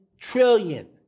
trillion